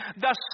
thus